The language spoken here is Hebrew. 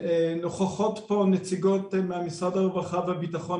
נוכחות פה נציגות ממשרד הרווחה והביטחון,